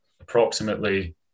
approximately